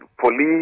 police